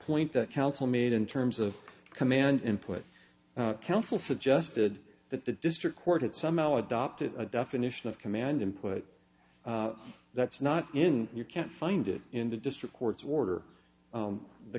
point that council made in terms of command input counsel suggested that the district court had somehow adopted a definition of command input that's not in you can't find it in the district courts order